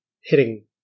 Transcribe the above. hitting